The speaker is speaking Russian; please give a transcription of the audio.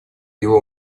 его